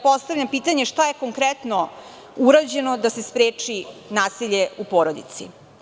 Postavljam pitanje – šta je konkretno urađeno da se spreči nasilje u porodici?